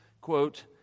quote